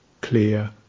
clear